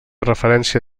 referència